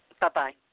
Bye-bye